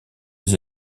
des